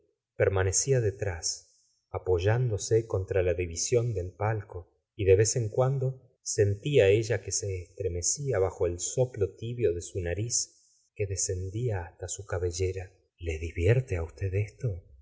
permanecía detrás apoyándose contra la división del palco y de vez en cuando sentía ella que se estremecía bajo el soplo tibio de su nariz que descendía hasta su cabellera le divierte á usted esto